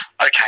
okay